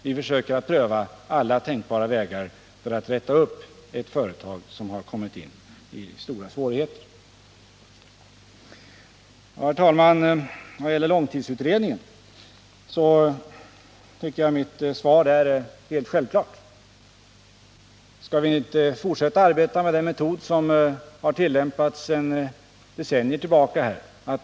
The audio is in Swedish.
Vi försöker alla tänkbara vägar för att rätta till förhållandena när det gäller ett företag som kommit in i stora svårigheter. Herr talman! I fråga om långtidsutredningen finner jag mitt svar alldeles självklart. Vi skall väl fortsätta att arbeta med den metod som tillämpats sedan decennier.